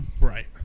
Right